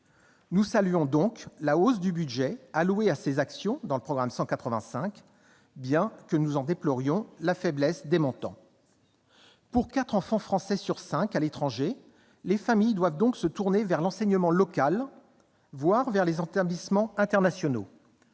Nous saluons donc la hausse du budget alloué à ces actions dans le programme 185, bien que nous en déplorions la faiblesse des montants. Pour quatre enfants français sur cinq à l'étranger, les familles doivent donc se tourner vers l'enseignement local, voire vers les établissements internationaux.